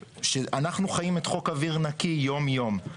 אנחנו חיים את חוק אוויר נקי יום יום.